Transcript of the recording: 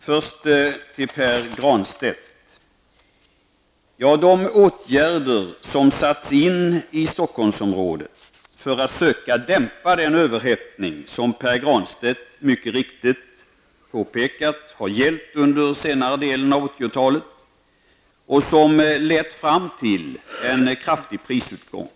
Fru talman! Jag vill först till Pär Granstedt säga att åtgärder har satts in i Stockholmsområdet för att dämpa den överhettning som har funnits, vilket Pär Granstedt mycket riktigt påpekat, under den senare delen av 80-talet och som lett till en kraftig prisuppgång.